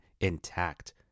intact